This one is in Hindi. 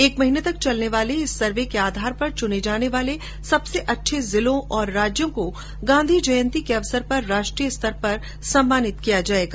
एक महीने तक चलने वाले इस सर्वेक्षण के आधार पर चुने जाने वाले सबसे अच्छे जिलों और राज्यों को गांधी जयंती के अवसर पर राष्ट्रीय स्तर पर सम्मानित किया जायेगा